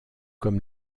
comme